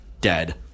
dead